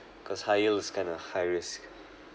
cause high yields kind of high risk